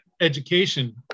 education